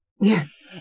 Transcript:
Yes